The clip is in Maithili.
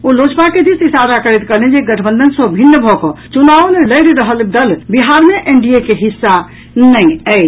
ओ लोजपा के दिश इशारा करैत कहलनि जे गठबंधन सॅ भिन्न भऽकऽ चुनाव लड़ि रहल दल बिहार मे एनडीए के हिस्सा नहि अछि